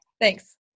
thanks